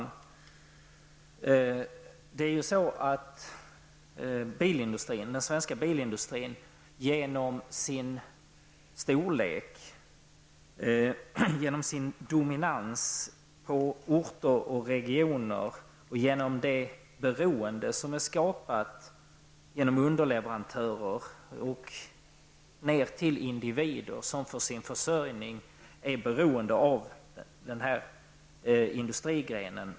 Den svenska bilindustrin är ett hot mot det svenska samhället och det ekonomiska livet i landet genom sin storlek, genom sin dominans på orter och regioner och genom det beroende som är skapat genom systemet med underleverantörer och individer som för sin försörjning är beroende av den industrigrenen.